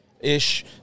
ish